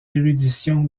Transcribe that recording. érudition